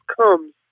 comes